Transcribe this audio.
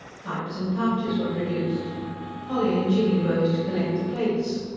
pipes and pouches were produced polly and jinny rose to collect the plates,